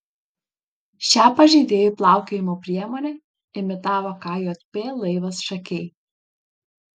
šią pažeidėjų plaukiojimo priemonę imitavo kjp laivas šakiai